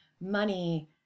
money